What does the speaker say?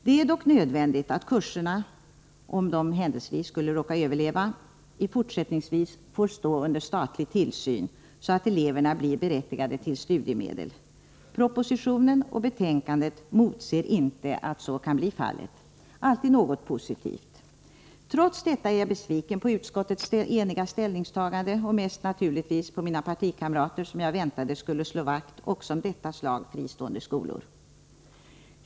Det är dock nödvändigt att kurserna, om de händelsevis skulle råka överleva, fortsättningsvis får stå under statlig tillsyn, så att eleverna blir berättigade till studiemedel. Propositionen och betänkandet motsäger inte att så kan bli fallet. Alltid något positivt! Trots detta är jag besviken på utskottets eniga ställningstagande. Mest besviken är jag naturligtvis på mina partikamrater, som jag väntade skulle slå vakt också om detta slag av fristående skolor.